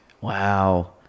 wow